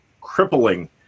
crippling